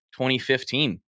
2015